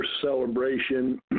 celebration